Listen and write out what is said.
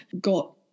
got